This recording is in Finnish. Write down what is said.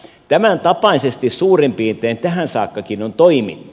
tämän tapaisesti suurin piirtein tähän saakkakin on toimittu